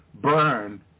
burn